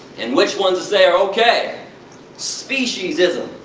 and which ones to say are okay speciesism.